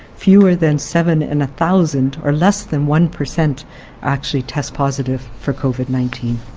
fewer than seven in a thousand or less than one per cent actually test positive for covid nineteen.